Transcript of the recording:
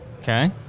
Okay